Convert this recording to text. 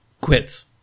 quits